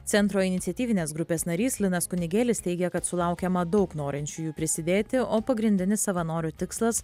centro iniciatyvinės grupės narys linas kunigėlis teigė kad sulaukiama daug norinčiųjų prisidėti o pagrindinis savanorių tikslas